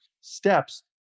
steps